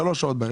שלוש שעות בערב,